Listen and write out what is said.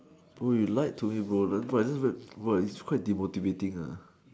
bro you lied to me bro 难怪：nan guai this is very !wah! it's quite demotivating uh